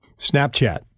Snapchat